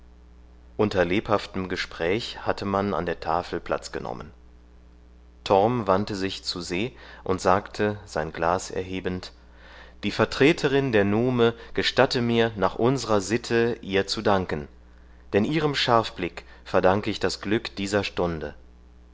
unter lebhaftem gespräch hatte man an der tafel platz genommen torm wandte sich zu se und sagte sein glas erhebend die vertreterin der nume gestatte mir nach unsrer sitte ihr zu danken denn ihrem scharfblick verdanke ich das glück dieser stunde